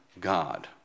God